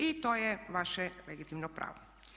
I to je vaše legitimno pravo.